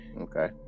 Okay